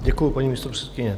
Děkuji, paní místopředsedkyně.